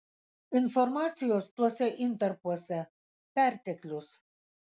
informacijos tuose intarpuose perteklius